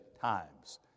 times